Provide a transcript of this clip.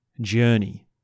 journey